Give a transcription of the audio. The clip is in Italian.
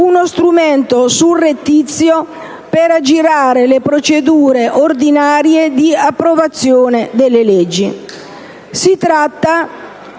uno strumento surrettizio per aggirare le procedure ordinarie di approvazione delle leggi. Si tratta